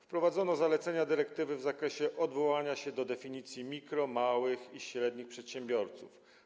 Wprowadzono zalecenia dyrektywy w zakresie odwołania się do definicji mikro-, małych i średnich przedsiębiorców.